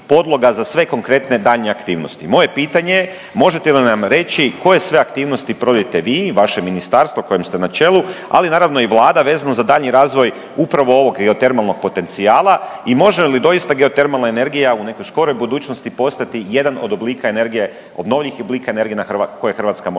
za sve konkretne daljnje aktivnosti. Moje pitanje je, možete li nam reći koje sve aktivnosti provodite vi i vaše ministarstvo kojem ste na čelu, ali naravno i Vlada vezano za daljnji razvoj upravo ovog geotermalnog potencijala i može li doista geotermalna energija u nekoj skoroj budućnosti postati jedan od oblika energije, obnovljivih oblika energije na koje Hrvatska može računati.